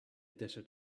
desert